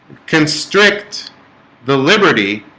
constrict the liberty